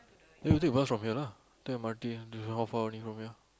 then you take bus from here lah take m_r_t how far only from here